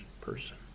person